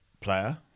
player